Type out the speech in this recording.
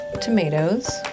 tomatoes